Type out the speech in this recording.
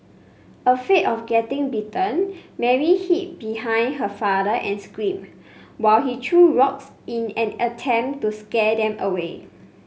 afraid of getting bitten Mary hid behind her father and screamed while he threw rocks in an attempt to scare them away